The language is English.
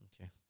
Okay